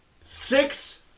Six